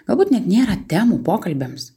galbūt net nėra temų pokalbiams